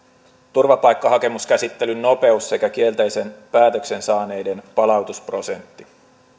turvapaikkahakemuskäsittelyn nopeus sekä kielteisen päätöksen saaneiden palautusprosentti